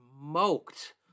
smoked